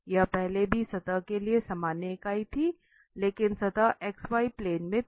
यह पहले भी सतह के लिए सामान्य इकाई थी लेकिन सतह xy प्लेन में थी